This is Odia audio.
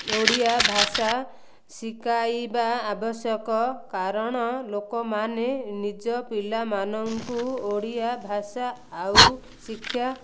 ଓଡ଼ିଆ ଭାଷା ଶିଖାଇବା ଆବଶ୍ୟକ କାରଣ ଲୋକମାନେ ନିଜ ପିଲାମାନଙ୍କୁ ଓଡ଼ିଆ ଭାଷା ଆଉ ଶିକ୍ଷା